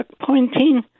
pointing